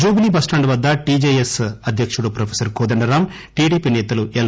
జుల్లీ bus stand వద్ద TJS అధ్యకుడు professor Kodandaram TDP నేతలు ఎల్